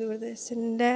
ദൂരദർശൻ്റെ